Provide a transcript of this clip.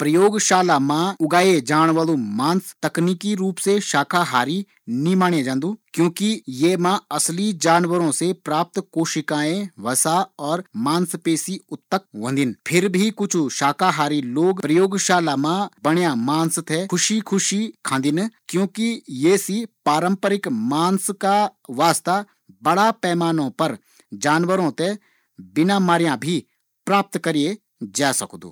प्रयोगशाला मा उगाए जाण वालू मांस तकनीकी रूप से शाकाहार नी मानए जे सकदू क्योंकि ये बणोंण का वास्ता असली जानवरो की कोशिकाओ कु इस्तेमाल होन्दु फिर भी ये ते कई सारा शाकाहारी लोग बड़ा छाव सी ख़ादिन।